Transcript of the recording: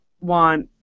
want